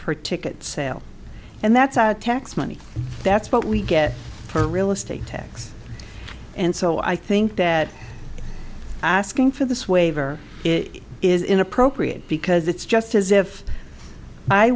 per ticket sales and that's our tax money that's what we get for real estate tax and so i think that asking for this waiver it is inappropriate because it's just as if i